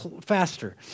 faster